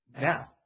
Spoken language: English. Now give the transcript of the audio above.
Now